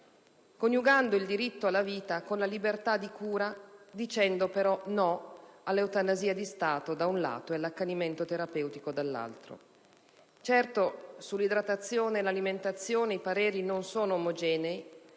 coniugando il diritto alla vita con la libertà di cura e dicendo però no all'eutanasia di Stato, da un lato, e all'accanimento terapeutico dall'altro. Certo, sull'idratazione e sull'alimentazione i pareri non sono omogenei,